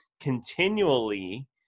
continually